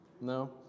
no